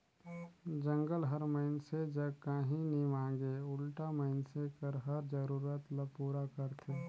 जंगल हर मइनसे जग काही नी मांगे उल्टा मइनसे कर हर जरूरत ल पूरा करथे